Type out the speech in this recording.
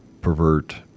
pervert